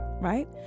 right